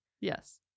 Yes